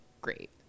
great